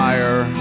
Fire